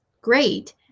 great